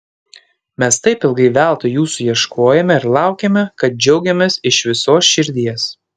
mes taip ilgai veltui jūsų ieškojome ir laukėme kad džiaugiamės iš visos širdies